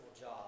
job